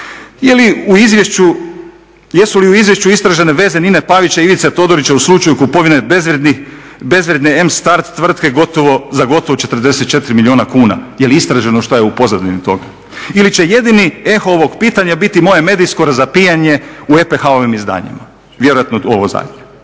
Jesu li u izvješću istražene veze Nine Pavića i Ivice Todorića u slučaju kupovine bezvrijedne M start tvrtke za gotovo 44 milijuna kuna? Je li istraženo što je u pozadini toga? Ili će jedini eho ovog pitanja biti moje medijsko razapinjanje u EPH-ovim izdanjima. Vjerojatno ovo zadnje.